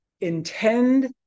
intend